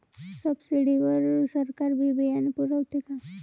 Subsidy वर सरकार बी बियानं पुरवते का?